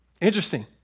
Interesting